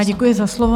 Děkuji za slovo.